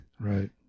Right